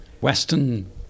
Western